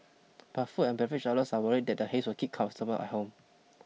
but food and beverage outlets are worried that the haze will keep customers at home